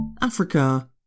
Africa